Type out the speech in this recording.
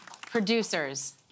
producers